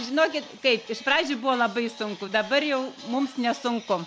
žinokit kaip iš pradžių buvo labai sunku dabar jau mums nesunku